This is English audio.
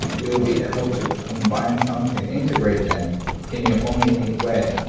you'll be able to combine something, integrate them in your own unique way.